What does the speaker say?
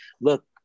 look